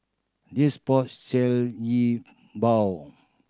this sell yi bao